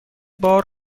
بار